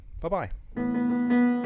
bye-bye